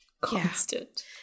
constant